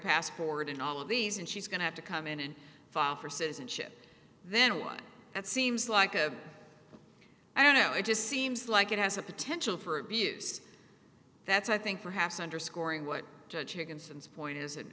passport and all of these and she's going to have to come in and file for citizenship then one that seems like a i don't know it just seems like it has the potential for abuse that's i think perhaps underscoring what chicken since point is